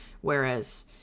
whereas